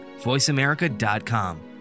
voiceamerica.com